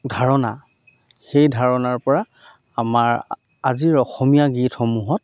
ধাৰণা সেই ধাৰণাৰ পৰা আমাৰ আজিৰ অসমীয়া গীতসমূহত